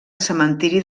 cementiri